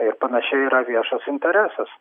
ir panašiai yra viešas interesas